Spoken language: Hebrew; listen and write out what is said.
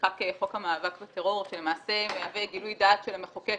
נחקק חוק המאבק בטרור שלמעשה מהווה גילוי דעת של המחוקק